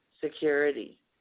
security